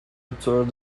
ruptures